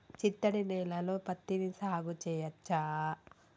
చిత్తడి నేలలో పత్తిని సాగు చేయచ్చా?